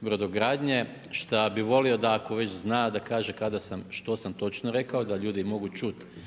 brodogradnje šta bi volio da ako već zna da kaže kada sam, što sam točno rekao, da ljudi mogu čuti